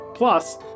Plus